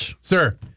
sir